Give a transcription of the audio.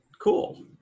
Cool